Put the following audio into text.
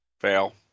Fail